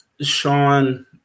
Sean